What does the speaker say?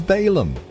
Balaam